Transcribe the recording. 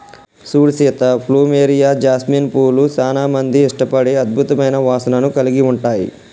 సూడు Sita plumeria, jasmine పూలు సానా మంది ఇష్టపడే అద్భుతమైన వాసనను కలిగి ఉంటాయి